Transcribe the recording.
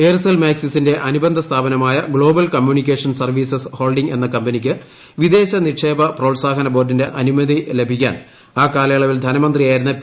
Aircel മാക്സിസിന്റെ അനുബന്ധ സ്ഥാപനമായ ഗ്ലോബൽ കമ്മ്യൂണിക്കേഷൻ സർവ്വീസസ് ഹോൾഡിംഗ്സ് എന്ന കമ്പനിക്ക് വിദേശ നിക്ഷേപ പ്രോത്സാഹന ബോർഡിന്റെ അനുമതി ലഭിക്കാൻ ആ കാലയളവിൽ ധനമന്ത്രിയായിരുന്ന പി